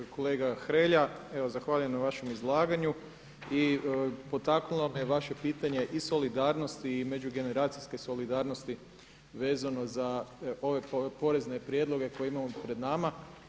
Kolega Hrelja, evo zahvaljujem na vašem izlaganju i potaknulo me vaše pitanje i solidarnosti i međugeneracijske solidarnosti vezano za ove porezne prijedloge koje imamo pred nama.